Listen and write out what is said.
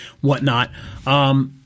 whatnot